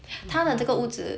她买在那边